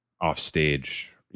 offstage